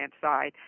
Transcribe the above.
side